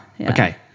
okay